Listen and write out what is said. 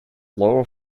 lower